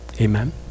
Amen